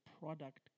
product